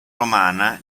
romana